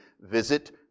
visit